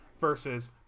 versus